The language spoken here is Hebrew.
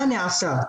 מה נעשה?